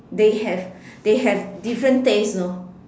they have they have different taste you know